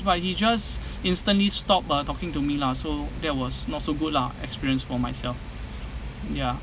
but he just instantly stop ah talking to me lah so that was not so good lah experience for myself ya